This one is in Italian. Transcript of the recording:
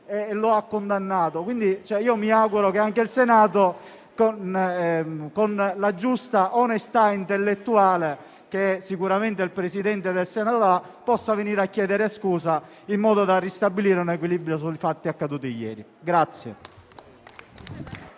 e lo ha condannato. Io mi auguro che anche il Senato lo consideri tale, e che, con la giusta onestà intellettuale che sicuramente il Presidente del Senato ha, possa venire a chiedere scusa, in modo da ristabilire un equilibrio sui fatti accaduti ieri.